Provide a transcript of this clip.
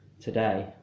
today